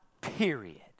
period